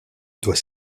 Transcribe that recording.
doit